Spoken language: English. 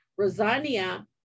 Rosania